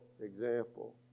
example